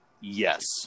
Yes